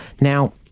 Now